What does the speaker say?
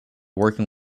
working